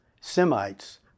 Semites